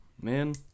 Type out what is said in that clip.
man